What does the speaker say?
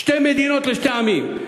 שתי מדינות לשני עמים.